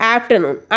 Afternoon